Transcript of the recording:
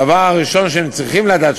הדבר הראשון שהם צריכים לדעת,